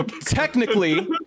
technically